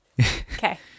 Okay